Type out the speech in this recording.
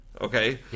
Okay